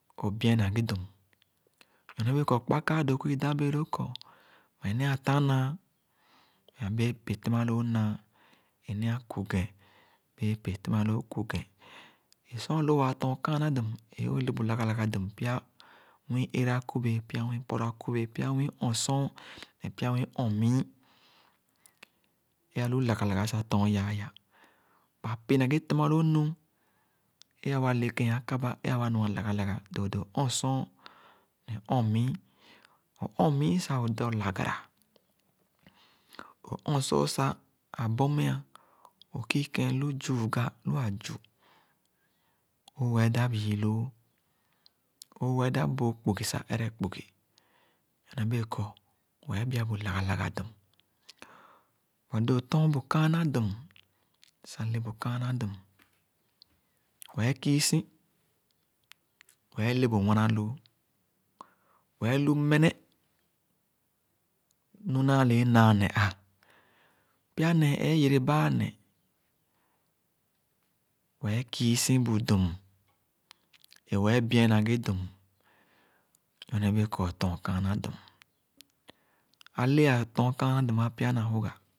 Ō bien na ghe dum. Nyorne bee kor kpa kaa doo kor idān bee loo kor meh nee atán-naa meb abēē pēh tēmà loo naa, ē nēē ku ghēn bēē pēb tēmà loo ku ghén ē sor alo waa tōn kàànà dum, ē ōo lebu lagah lagah dum pya nwii éra akōbēē, pya nwii poro akōbēē, pya nwii ɔ̄-sōn ne pya nwii ɔ̄-mii é alu lagàh lagàh sah tōn ya aya Ba pēh na ghē tēmà loo nu é awā le kɛɛn akaba, ē awa nua lagāh lagāh doodoo ɔn-sōn ne ɔn-mii. O-ɔn mii sah ō do lagara. O ɔn-sōn sah ā bun me-ah. O kii ken lu zuuga lu azu. O wɛɛ dap yiiloo. Ō wɛɛ dap booh kpugi sah ere kpugi nyorne bee kor wɛɛ bia-bu lagāh lagāh dum. But lo ō ton bu kāāná dum, sah lebu kàànà dum, wɛɛ kiisi, wɛɛ lebu wanaloo, wɛɛ lu mene; nu naale é naa neh ā. Pya nee ēē yereba ā neh. Wee kiisi bu dum, ē wɛɛ bien na ghé dum, nyorne bēē kor ō tōn kàànà dum. Álee ā tɔn kàànà dum ɔ­ pya nawaga.